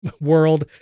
world